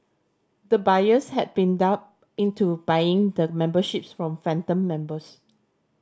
the buyers had been duped into buying the memberships from phantom members